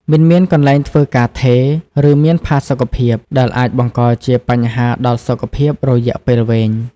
មិនមានកន្លែងធ្វើការថេរ ឬមានផាសុកភាព ដែលអាចបង្កជាបញ្ហាដល់សុខភាពរយៈពេលវែង ។